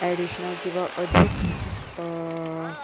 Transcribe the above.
additional किंवां अदीक